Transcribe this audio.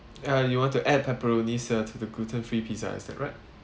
uh you want to add pepperoni set to the gluten free pizza is that correct